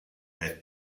metz